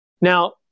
Now